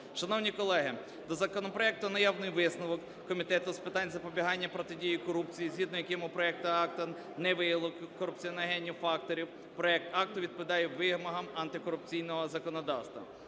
Шановні колеги, до законопроекту наявний висновок Комітету з питань запобігання і протидії корупції, згідно з яким у проекту акта не виявлено корупціогенних факторів. Проект акту відповідає вимогам антикорупційного законодавства.